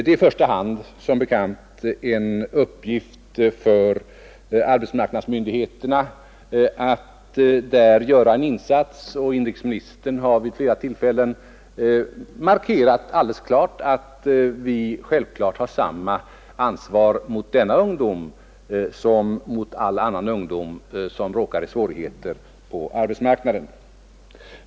Det är i första hand som bekant en uppgift för arbetsmarknadsmyndigheterna att där göra en insats. Inrikesministern har vid flera tillfällen alldeles klart markerat att vi självfallet har samma ansvar mot denna ungdom som mot all annan ungdom som råkar i svårigheter på arbetsmarknaden.